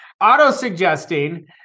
auto-suggesting